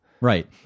Right